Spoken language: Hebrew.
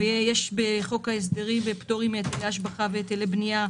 יש בחוק ההסדרים פטורים מהיטלי השבחה והיטלי בנייה,